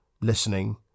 listening